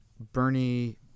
Bernie